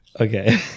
Okay